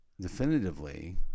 definitively